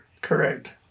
Correct